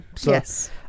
Yes